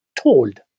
told